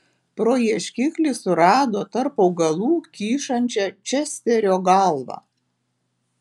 pro ieškiklį surado tarp augalų kyšančią česterio galvą